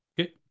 Okay